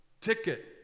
ticket